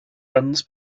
runs